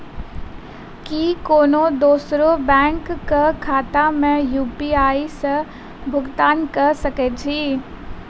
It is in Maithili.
की कोनो दोसरो बैंक कऽ खाता मे यु.पी.आई सऽ भुगतान कऽ सकय छी?